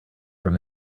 from